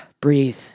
breathe